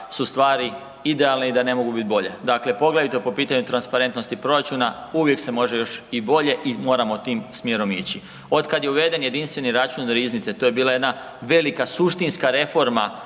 su stvari idealne i da ne mogu bit bolje. Dakle, poglavito po pitanju transparentnosti proračuna, uvijek se može još i bolje i moramo tim smjerom ići. Otkad je uveden jedinstveni račun riznice, to je bila jedna velika suštinska reforma